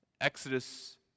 Exodus